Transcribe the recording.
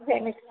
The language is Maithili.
जय मिथिला